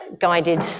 guided